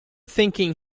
thinking